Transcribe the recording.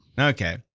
Okay